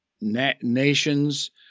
nations